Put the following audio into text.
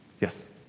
Yes